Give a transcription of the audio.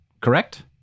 correct